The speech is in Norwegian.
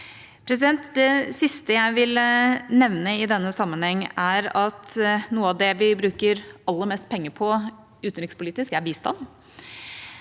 Det siste jeg ville nevne i denne sammenheng, er at noe av det vi bruker aller mest penger på utenrikspolitisk, er bistand.